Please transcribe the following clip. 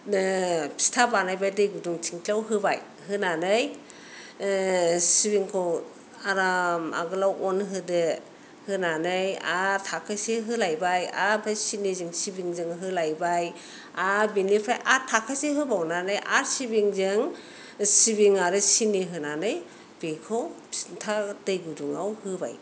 फिथा बानायबाय दै गुदुं थिंख्लिआव होबाय होनानै सिबिंखौ आराम आगोलाव अन होदो होनानै आरो थाखोसे होलायबाय आरो सिनिजों सिबिंजों होलायबाय आरो बिनिफ्राय आरो थाखोसे होबावनानै आरो सिबिंजों सिबिं आरो सिनि होनानै बेखौ फिथा दै गुदुंआव होबाय